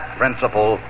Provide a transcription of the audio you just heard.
principle